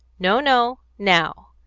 no, no! now!